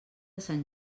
sant